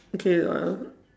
okay uh